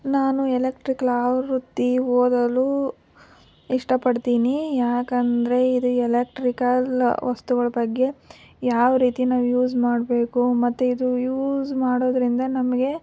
ನಾನು ಎಲೆಕ್ಟ್ರಿಕಲ್ ಆವೃತ್ತಿ ಓದಲು ಇಷ್ಟಪಡ್ತೀನಿ ಯಾಕಂದರೆ ಇದು ಎಲೆಕ್ಟ್ರಿಕಲ್ ವಸ್ತುಗಳ ಬಗ್ಗೆ ಯಾವ ರೀತಿ ನಾವು ಯೂಸ್ ಮಾಡಬೇಕು ಮತ್ತು ಇದು ಯೂಸ್ ಮಾಡೋದರಿಂದ ನಮಗೆ